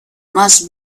must